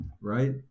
right